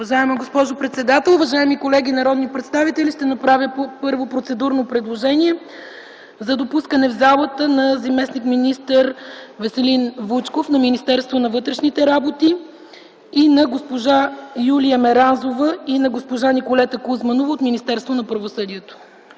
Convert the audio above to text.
Уважаема госпожо председател, уважаеми колеги народни представители, първо ще направя процедурно предложение за допускане в залата на господин Веселин Вучков – заместник-министър на вътрешните работи, на госпожа Юлия Меранзова и госпожа Николета Кузманова от Министерството на правосъдието.